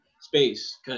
space